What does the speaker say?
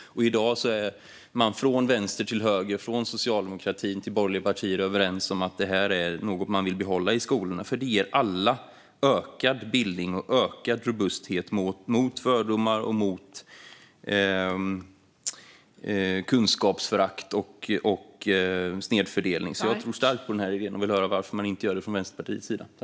I dag är man från vänster till höger - från socialdemokratin till borgerliga partier - överens om att detta är något man vill behålla i skolorna, för det ger alla ökad bildning och ökad robusthet mot fördomar, kunskapsförakt och snedfördelning. Jag tror alltså starkt på den här idén och vill höra varför man inte gör det från Vänsterpartiets sida.